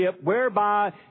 whereby